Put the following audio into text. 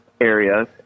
areas